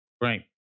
Right